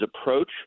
approach